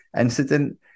incident